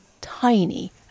tiny